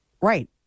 Right